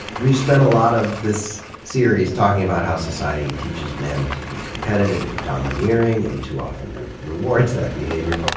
we've spent a lot of this series talking about how society teaches men to be competitive and domineering, and too often rewards that behavior.